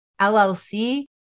LLC